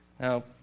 Now